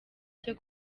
cyo